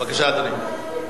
בבקשה, אדוני.